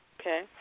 Okay